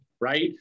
right